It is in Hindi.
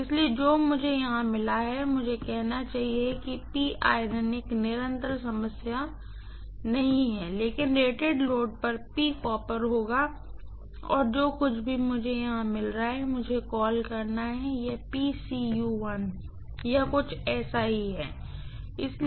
इसलिए जो मुझे यहां मिला है मुझे कहना चाहिए कि एक निरंतर समस्या नहीं है लेकिन रेटेड लोड पर होगा जो कुछ भी मुझे यहां मिल रहा है मुझे कॉल करना है यह या ऐसा ही कुछ है इसलिए